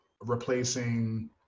replacing